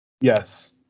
Yes